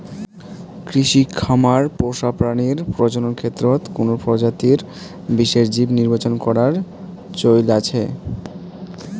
কৃষি খামার পোষা প্রাণীর প্রজনন ক্ষেত্রত কুনো প্রজাতির বিশেষ জীব নির্বাচন করার চৈল আছে